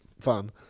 fun